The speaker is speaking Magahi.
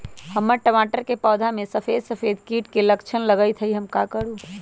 हमर टमाटर के पौधा में सफेद सफेद कीट के लक्षण लगई थई हम का करू?